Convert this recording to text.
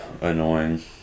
annoying